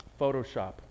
Photoshop